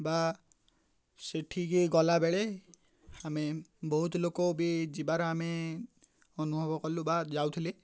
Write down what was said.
ବା ସେଠିକି ଗଲାବେଳେ ଆମେ ବହୁତ ଲୋକ ବି ଯିବାର ଆମେ ଅନୁଭବ କଲୁ ବା ଯାଉଥିଲେ